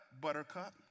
buttercup